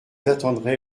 attendrai